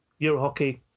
Eurohockey